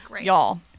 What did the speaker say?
Y'all